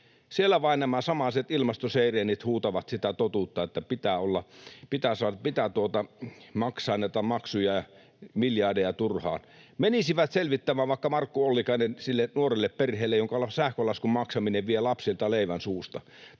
Siellä vain nämä samaiset ilmastoseireenit huutavat sitä totuutta, että pitää maksaa näitä maksuja ja miljardeja turhaan. Menisivät selvittämään, vaikka Markku Ollikainen, sille nuorelle perheelle, jonka sähkölaskun maksaminen vie lapsilta leivän suusta,